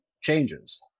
changes